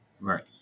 right